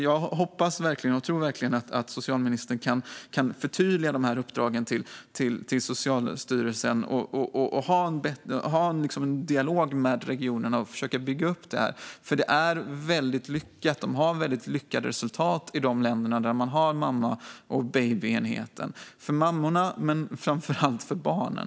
Jag hoppas och tror verkligen att socialministern kan förtydliga uppdragen till Socialstyrelsen, ha en dialog med regionerna och försöka bygga upp det här, för det är väldigt lyckat. Man har väldigt goda resultat i de länder där man har mamma-baby-enheter - för mammorna, men framför allt för barnen.